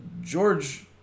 George